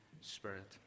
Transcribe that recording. Spirit